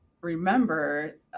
remember